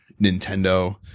Nintendo